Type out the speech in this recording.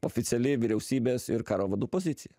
oficiali vyriausybės ir karo vadų pozicija